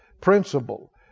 principle